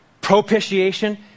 propitiation